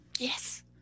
Yes